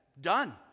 Done